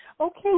Okay